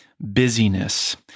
busyness